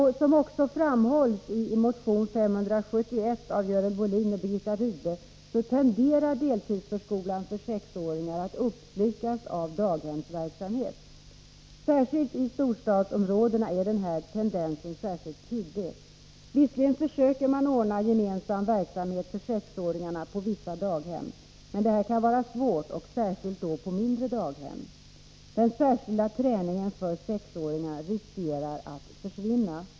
Såsom också framhålls i motion 571 av Görel Bohlin och Birgitta Rydle tenderar deltidsförskolan för 6-åringar att uppslukas av daghemsverksamhet. Särskilt i storstadsområdena är den här tendensen mycket tydlig. Visserligen försöker man ordna gemensam verksamhet för 6-åringarna på vissa daghem, men detta kan vara svårt, speciellt på mindre daghem. Det finns risk för att den särskilda träningen av 6-åringarna försvinner.